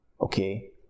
okay